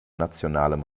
nationalem